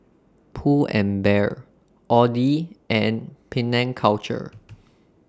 Pull and Bear Audi and Penang Culture